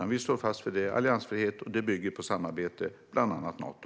Vi står fast vid vår alliansfrihet, och den bygger på samarbete med bland annat Nato.